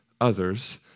others